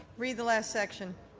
read the last section.